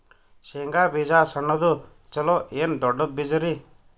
ಶೇಂಗಾ ಬೀಜ ಸಣ್ಣದು ಚಲೋ ಏನ್ ದೊಡ್ಡ ಬೀಜರಿ?